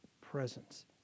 presence